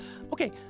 Okay